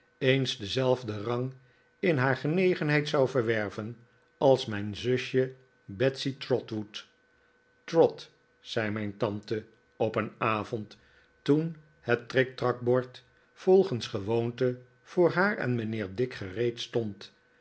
eens denzelfden rang in haar genegenheid zou verwerven als mijn zusje betsey trotwood trot zei mijn tante op een avond toen het triktrakbord volgens gewoonte vbor haar en mijnheer dick gereed stond